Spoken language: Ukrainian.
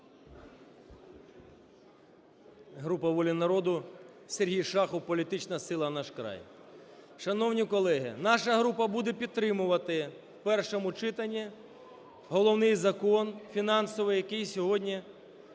Група "Воля народу", Сергій Шахов, політична сила "Наш край". Шановні колеги, наша група буде підтримувати в першому читанні головний закон фінансовий, який сьогодні